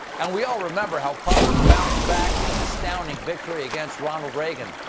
and we all remember how carter bounced back with an astounding victory against ronald reagan.